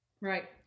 Right